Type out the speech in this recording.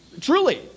truly